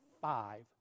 five